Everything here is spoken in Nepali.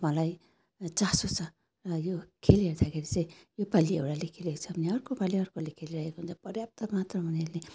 मलाई चासो छ यो खेल हेर्दाखेरि चाहिँ योपालि एउटाले खेलेको छ भने अर्को पालि अर्कोले खेलिरहेको हुन्छ पर्याप्त मात्रमा उनीहरूले